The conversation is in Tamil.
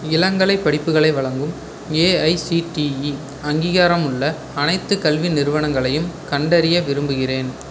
இளங்கலை படிப்புகளை வழங்கும் ஏஐசிடிஇ அங்கீகாரமுள்ள அனைத்துக் கல்வி நிறுவனங்களையும் கண்டறிய விரும்புகிறேன்